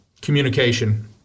communication